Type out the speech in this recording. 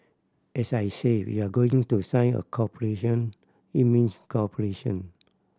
as I said we are going to sign a cooperation it means cooperation